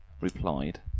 replied